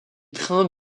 trains